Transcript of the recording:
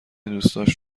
دوستاش